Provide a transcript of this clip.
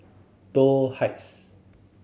Toh Heights